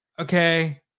okay